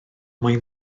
mae